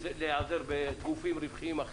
אני לא יודעת ספציפית על קו כזה או אחר.